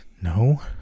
No